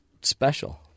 special